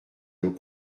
nos